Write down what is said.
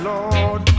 Lord